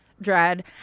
dread